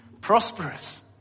prosperous